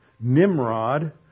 Nimrod